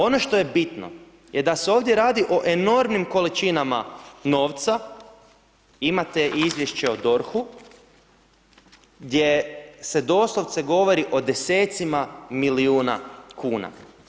Ono što je bitno je da se ovdje radi o enormnim količinama novca, imate i izvješće o DORH-u gdje se doslovce govori o desecima milijuna kuna.